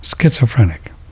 schizophrenic